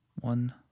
One